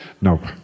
Nope